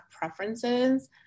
preferences